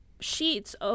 sheets